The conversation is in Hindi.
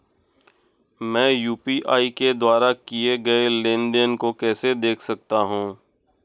मैं यू.पी.आई के द्वारा किए गए लेनदेन को कैसे देख सकता हूं?